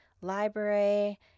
library